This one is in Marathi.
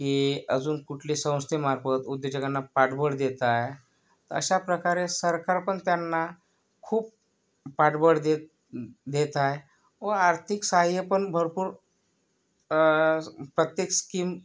की अजून कुठली संस्थेमार्फत उद्योजकांना पाठबळ देत आहे अशा प्रकारे सरकार पण त्यांना खूप पाठबळ देत देत आहे व आर्थिक सहाय्य पण भरपूर प्रत्येक स्कीम